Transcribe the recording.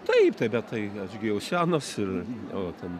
taip taip bet tai aš gi jau senas ir o ten